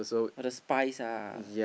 oh the Spize ah